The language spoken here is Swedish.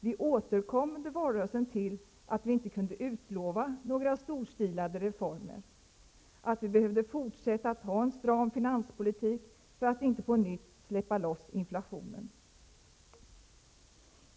Vi återkom under valrörelsen till att vi inte kunde utlova några storstilade reformer och att vi behövde fortsätta med en stram finanspolitik för att inte på nytt släppa loss inflationen.